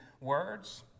words